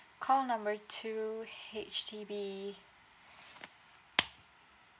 call number two H_D_B